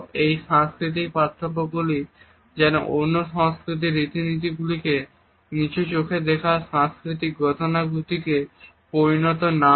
এই সাংস্কৃতিক পার্থক্যগুলি যেন অন্য সংস্কৃতির রীতিনীতিগুলিকে নিচু চোখে দেখার সাংস্কৃতিক গতানুগতিকতাতে পরিণত না হয়